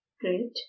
Great